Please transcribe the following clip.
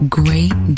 great